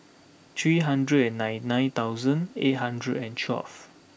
three hundred and nine nine thousand eight hundred and twelve